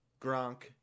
Gronk